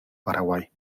paraguay